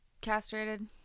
castrated